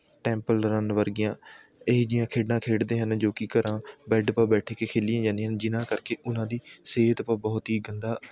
temple Run ਵਰਗੀਆਂ ਇਹੋ ਜਿਹੀਆਂ ਖੇਡਾਂ ਖੇਡਦੇ ਹਨ ਜੋ ਕਿ ਘਰਾਂ ਬੈਡ ਪਾ ਬੈਠ ਕੇ ਖੇਲੀਆਂ ਜਾਂਦੀਆ ਹਨ ਜਿਹਨਾਂ ਕਰਕੇ ਉਨ੍ਹਾਂ ਦੀ ਸਿਹਤ ਪਾ ਬਹੁਤ ਹੀ ਗੰਦਾ